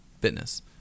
fitness